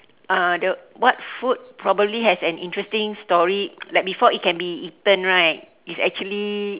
uh the what food probably has an interesting story like before it can be eaten right it's actually